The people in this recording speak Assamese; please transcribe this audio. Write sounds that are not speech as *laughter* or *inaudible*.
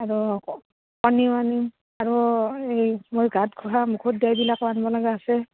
আৰু কণী আনিম আৰু এই মোৰ গাত ঘঁহা *unintelligible* আনিব লগা আছে